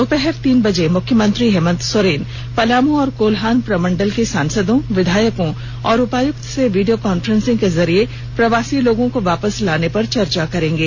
दोपहर तीन बजे मुख्यमंत्री हेमंत सोरेन पलामू और कोल्हान प्रमंडल के सांसद विधायकों और उपायुक्त से वीडियो कांन्फ्रेंसिंग के जरिये प्रवासी लोगों को वापस लाने पर चर्चा करेंगे